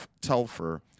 Telfer